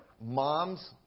moms